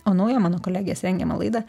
o naują mano kolegės rengiamą laidą